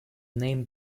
name